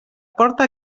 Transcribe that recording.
porta